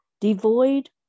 devoid